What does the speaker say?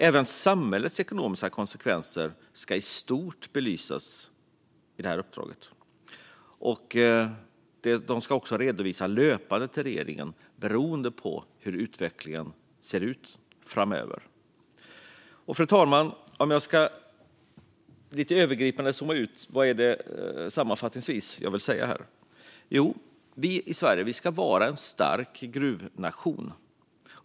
Även samhällets ekonomiska konsekvenser ska i stort belysas i detta uppdrag. Man ska också redovisa löpande till regeringen, beroende på hur utvecklingen ser ut framöver. Fru talman! Jag ska zooma ut och sammanfatta vad jag vill säga här. Sverige ska vara en stark gruvnation.